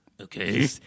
Okay